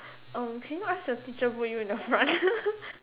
um can you ask your teacher put you in the front